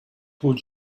would